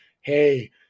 hey